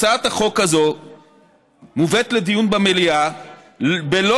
הצעת החוק מובאת לדיון במליאה בלא